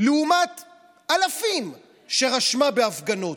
לעומת אלפים שרשמה בהפגנות.